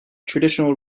traditional